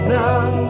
now